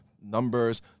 numbers